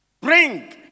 Bring